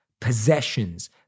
possessions